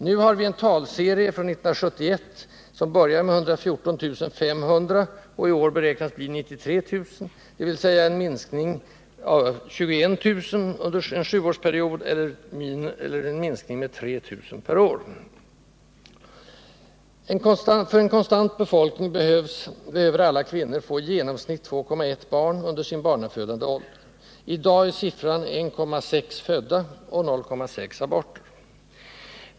Nu har vi en talserie som börjar med 114 500 år 1971 och beräknas bli 93 000 i år, dvs. en minskning med omkring 21 000 under en sjuårsperiod eller med 3 000 per år. För att behålla befolkningen konstant, måste alla kvinnor få i genomsnitt 2,1 barn under sin barnafödande ålder. I dag är denna siffra 1,6, plus 0,6 aborter.